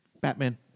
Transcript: Batman